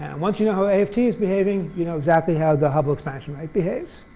and once you know how a of t is behaving, you know exactly how the hubble expansion rate behaves.